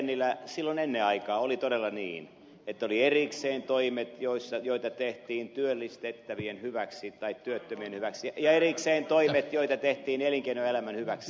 tennilä silloin ennen aikaan oli todella niin että oli erikseen toimet joita tehtiin työllistettävien hyväksi tai työttömien hyväksi ja erikseen toimet joita tehtiin elinkeinoelämän hyväksi